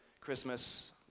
Christmas